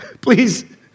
please